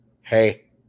hey